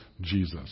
Jesus